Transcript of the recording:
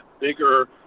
bigger